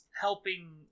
Helping